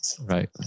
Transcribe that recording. Right